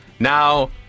Now